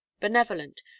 benevolent